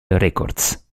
records